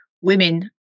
women